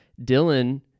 Dylan